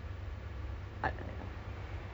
I don't know busy lah